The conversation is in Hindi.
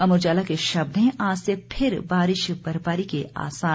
अमर उजाला के शब्द हैं आज से फिर बारिश बर्फबारी के आसार